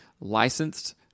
licensed